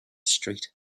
street